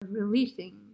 releasing